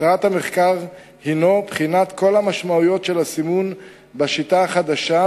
מטרת המחקר היא בחינת כל המשמעויות של הסימון בשיטה החדשה,